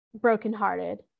brokenhearted